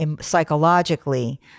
psychologically